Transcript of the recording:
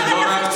אלקין.